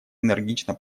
энергично